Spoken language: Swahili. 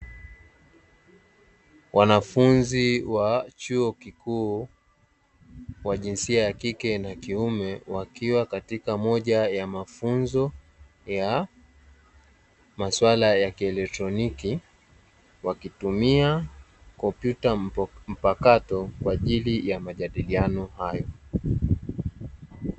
Wanafunzi wa chuo kikuu wa jinsia ya kike na kiume, wakiwa katika moja ya mafunzo ya maswala ya kieletroniki. Wakitumia kompyuta mpakato kwa ajili ya majadiliano hayo.